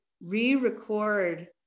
re-record